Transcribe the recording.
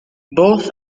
both